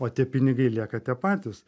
o tie pinigai lieka tie patys